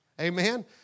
amen